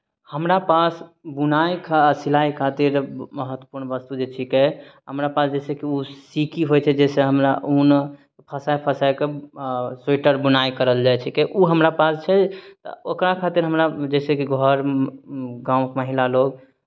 हमरा पास बुनाइ खा सिलाइ खातिर महत्वपूर्ण वस्तु जे छिकै हमरा पास जइसे कि ओ सीकी होइ छै जइसे हमरा ऊन फँसाय फँसाय कऽ स्वेटर बुनाइ करल जाइ छिकै ओ हमरा पास छै ओकरा खातिर हमरा जइसे कि घर गाँवके महिला लोक